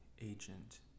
agent